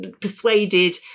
persuaded